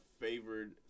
favored